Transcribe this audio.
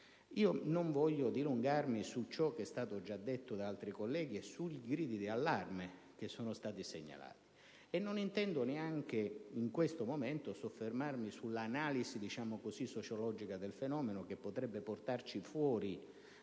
Non voglio dilungarmi su ciò che è stato già detto da altri colleghi e sui motivi di allarme che sono stati segnalati, così come non intendo soffermarmi neanche sull'analisi, diciamo così, sociologica del fenomeno, che potrebbe portarci fuori